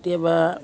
কেতিয়াবা